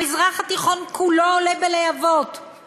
המזרח התיכון כולו עולה בלהבות,